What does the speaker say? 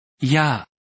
Ja